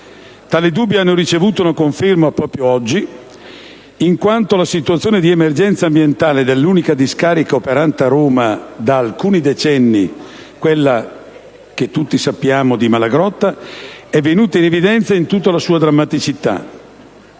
Tali dubbi hanno ricevuto una conferma proprio oggi, in quanto la situazione di emergenza ambientale dell'unica discarica operante a Roma da alcuni decenni, quella di Malagrotta, è venuta in evidenza in tutta la sua drammaticità.